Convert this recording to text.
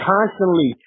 Constantly